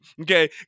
Okay